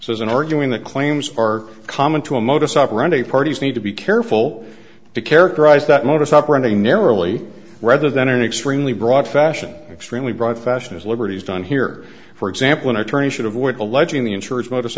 says in arguing that claims are common to a modus operandi parties need to be careful to characterize that modus operandi narrowly rather than an extremely broad fashion extremely broad fashion is liberty's done here for example an attorney should avoid alleging the insurance modus